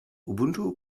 ubuntu